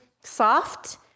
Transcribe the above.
soft